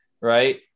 right